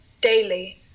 daily